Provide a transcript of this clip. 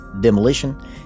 demolition